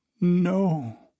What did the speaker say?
no